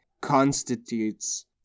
constitutes